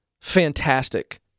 fantastic